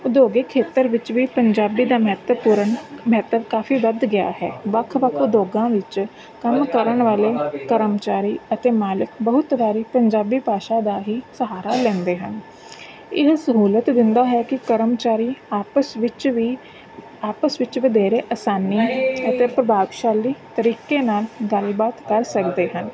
ਉਦਯੋਗਿਕ ਖੇਤਰ ਵਿੱਚ ਵੀ ਪੰਜਾਬੀ ਦਾ ਮਹੱਤਵਪੂਰਨ ਮਹੱਤਵ ਕਾਫ਼ੀ ਵੱਧ ਗਿਆ ਹੈ ਵੱਖ ਵੱਖ ਉਦਯੋਗਾਂ ਵਿੱਚ ਕੰਮ ਕਰਨ ਵਾਲੇ ਕਰਮਚਾਰੀ ਅਤੇ ਮਾਲਕ ਬਹੁਤ ਵਾਰ ਪੰਜਾਬੀ ਭਾਸ਼ਾ ਦਾ ਹੀ ਸਹਾਰਾ ਲੈਂਦੇ ਹਨ ਇਹ ਸਹੂਲਤ ਦਿੰਦਾ ਹੈ ਕਿ ਕਰਮਚਾਰੀ ਆਪਸ ਵਿੱਚ ਵੀ ਆਪਸ ਵਿੱਚ ਵਧੇਰੇ ਆਸਾਨੀ ਅਤੇ ਪ੍ਰਭਾਵਸ਼ਾਲੀ ਤਰੀਕੇ ਨਾਲ ਗੱਲਬਾਤ ਕਰ ਸਕਦੇ ਹਨ